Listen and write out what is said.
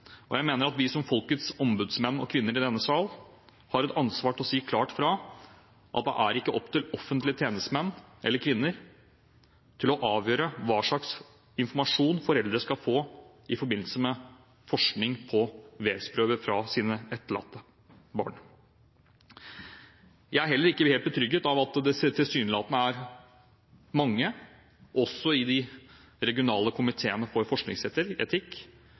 tilfellet. Jeg mener at vi som folkets ombudsmenn og -kvinner i denne sal har et ansvar for å si klart fra at det er ikke opp til offentlige tjenestemenn eller -kvinner å avgjøre hva slags informasjon foreldre skal få i forbindelse med forskning på vevsprøver fra deres døde barn. Jeg blir heller ikke helt betrygget av at det tilsynelatende er mange i de regionale komiteene for